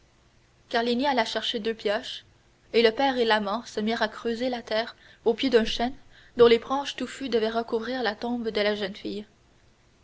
fille carlini alla chercher deux pioches et le père et l'amant se mirent à creuser la terre au pied d'un chêne dont les branches touffues devaient recouvrir la tombe de la jeune fille